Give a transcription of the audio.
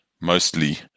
mostly